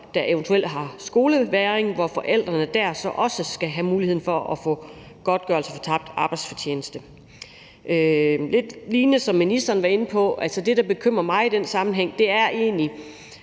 der eventuelt har skolevægring, hvis forældre så også skal have muligheden for at få godtgørelse for tabt arbejdsfortjeneste. Lidt ligesom ministeren var inde på, er det, der bekymrer mig i den sammenhæng, egentlig